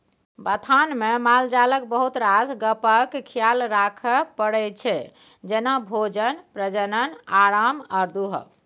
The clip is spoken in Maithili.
बथानमे मालजालक बहुत रास गप्पक खियाल राखय परै छै जेना भोजन, प्रजनन, आराम आ दुहब